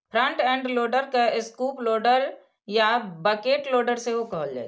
front end loader के scoop loader या bucket loader सेहो कहल जाइ छै